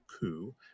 coup